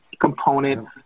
component